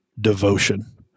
devotion